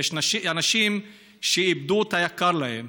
ויש אנשים שאיבד את היקר להם